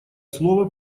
слово